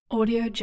Audio